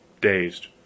dazed